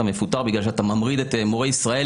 אתה מפוטר בגלל שאתה ממריד את מורי ישראל